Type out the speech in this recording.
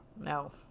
No